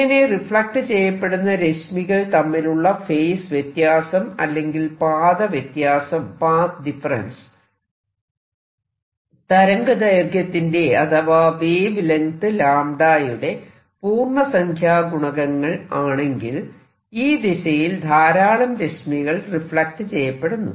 ഇങ്ങനെ റിഫ്ലക്ട് ചെയ്യപ്പെടുന്ന രശ്മികൾ തമ്മിലുള്ള ഫേസ് വ്യത്യാസം അല്ലെങ്കിൽ പാത വ്യത്യാസം തരംഗദൈർഘ്യത്തിന്റെ അഥവാ വേവ് ലെങ്ത് 𝜆 യുടെ പൂർണസംഖ്യ ഗുണകങ്ങൾ ആണെങ്കിൽ ഈ ദിശയിൽ ധാരാളം രശ്മികൾ റിഫ്ലക്ട് ചെയ്യപ്പെടുന്നു